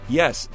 yes